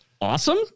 awesome